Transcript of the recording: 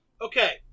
Okay